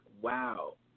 wow